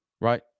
right